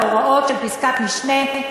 שיחולו בנוסף להוראות של פסקת משנה.